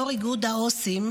יו"ר איגוד העו"סים,